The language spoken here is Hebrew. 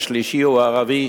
השלישי הוא ערבי.